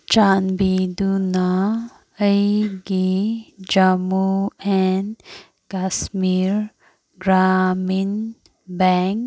ꯆꯥꯟꯕꯤꯗꯨꯅ ꯑꯩꯒꯤ Jammu and Kashmir Grameen bank